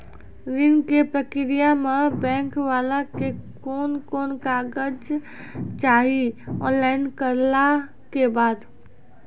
ऋण के प्रक्रिया मे बैंक वाला के कुन कुन कागज चाही, ऑनलाइन करला के बाद?